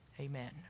Amen